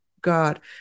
God